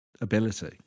ability